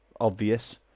obvious